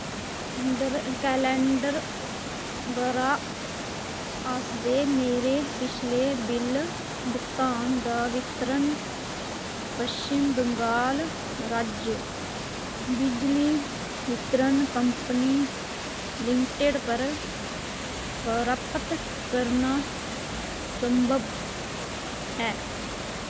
calendar ब'रा आस्तै मेरे पिछले बिल भुगतान दा वितरण पच्छमी बंगाल राज्य बिजली वितरण कंपनी लिमिटड पर प्राप्त करना संभव ऐ